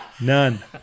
None